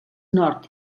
nord